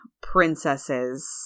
princesses